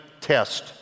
test